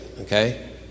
Okay